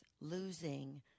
losing